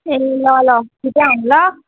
ए ल ल छिटै आउनु ल